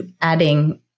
adding